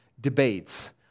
debates